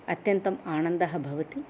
अत्यन्तम् आनन्दः भवति